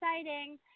exciting